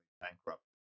bankrupt